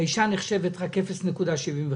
האישה נחשבת רק 0.75,